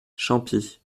champis